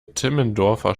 timmendorfer